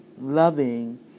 loving